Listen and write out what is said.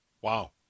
Wow